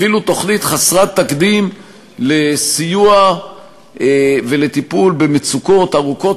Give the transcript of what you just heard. אפילו תוכנית חסרת תקדים לסיוע ולטיפול במצוקות ארוכות